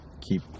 keep